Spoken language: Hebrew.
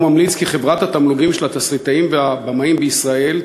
ממליץ כי חברת התמלוגים של התסריטאים והבמאים בישראל,